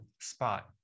spot